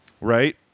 Right